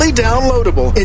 Downloadable